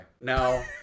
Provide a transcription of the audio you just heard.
Now